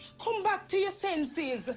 come back to your senses!